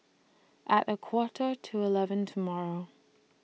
At A Quarter to eleven tomorrow